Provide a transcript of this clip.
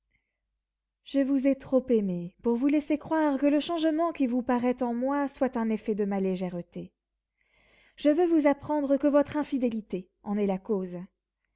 je vous ai trop aimé pour vous laisser croire que le changement qui vous paraît en moi soit un effet de ma légèreté je veux vous apprendre que votre infidélité en est la cause